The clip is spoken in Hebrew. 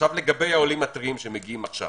לגבי העולים הטריים שמגיעים עכשיו